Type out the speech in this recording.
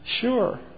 Sure